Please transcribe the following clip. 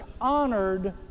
honored